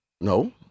No